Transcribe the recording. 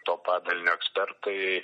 to padalinio ekspertai